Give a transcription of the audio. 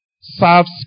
serves